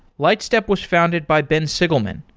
lightstep was founded by ben sigleman,